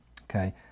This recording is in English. Okay